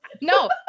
no